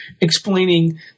explaining